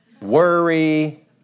Worry